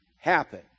happen